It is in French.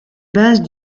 bases